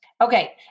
Okay